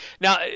Now